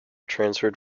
transferred